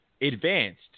advanced